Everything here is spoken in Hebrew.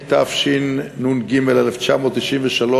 התשנ"ג 1993,